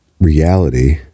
reality